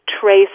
trace